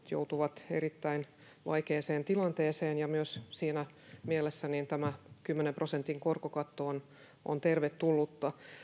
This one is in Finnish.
joutuvat erittäin vaikeaan tilanteeseen ja myös siinä mielessä tämä kymmenen prosentin korkokatto on on tervetullut